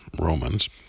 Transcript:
Romans